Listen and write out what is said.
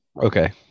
Okay